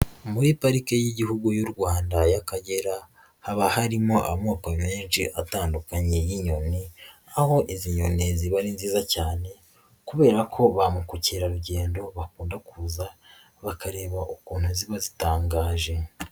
Muri pariki y'Igihugu y'u Rwanda y'Akagera, haba harimo amoko menshi atandukanye y'inyoni, aho izi nyoni ziba ari nziza cyane, kubera ko ba mu mukerarugendo bakunda kuza, bakareba ukuntu ziba zitangaje.